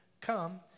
come